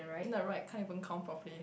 then the right can't even count properly